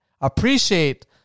appreciate